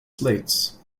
slates